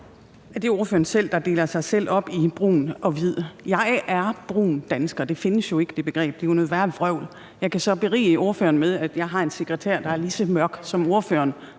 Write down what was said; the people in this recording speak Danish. Det er ordføreren selv, der deler sig op i brun og hvid. »Jeg er brun dansker.« Det begreb findes jo ikke; det er jo noget værre vrøvl. Jeg kan så berige ordføreren med at sige, at jeg har en sekretær, der er lige så mørk som ordføreren,